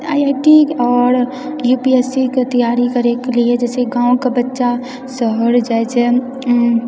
I I T आओर यूपीएससीके तैयारी करैके लिए जे छै गाँवके बच्चा शहर जाइत छै